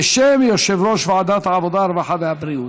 בשם יושב-ראש ועדת הרווחה והבריאות.